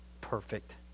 perfect